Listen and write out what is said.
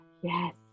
Yes